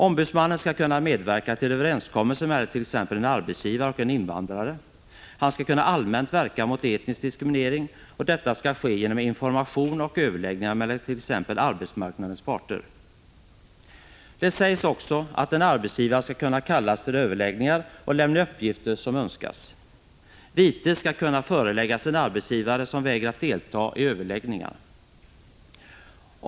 Ombudsmannen skall kunna medverka till överenskommelser mellan t.ex. en arbetsgivare och en invandrare. Han skall kunna allmänt verka mot etnisk diskriminering, och detta skall ske genom information och överläggningar mellan t.ex. arbetsmarknadens parter. Det sägs också att en arbetsgivare skall kunna kallas till överläggningar och lämna uppgifter som önskas. Vite skall kunna föreläggas en arbetsgivare som vägrat delta i överläggningar.